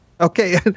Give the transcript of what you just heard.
Okay